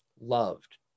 loved